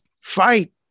fight